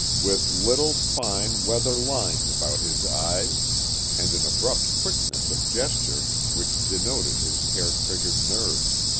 with little, fine, weather lines about his eyes and an abrupt quickness of gesture which denoted his hair-triggered nerves.